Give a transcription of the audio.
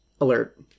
alert